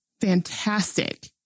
fantastic